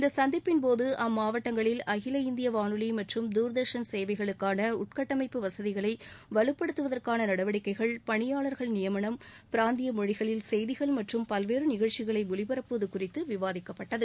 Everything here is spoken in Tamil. இந்த சந்திப்பின் போது அம்மாவட்டங்களில் அகில இந்திய வானொலி மற்றும் துர்தர்ஷன் சேவைகளுக்கான உள்கட்டமைப்பு வசதிகளை வலுப்படுத்துவதற்கான நடவடிக்கைகள் பனியாளா்கள் பிராந்திய மொழிகளில் செய்திகள் மற்றும் பல்வேறு நிகழ்ச்சிகளை ஒலிபரப்புவது குறித்து விவாதிக்கப்பட்டது